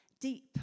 deep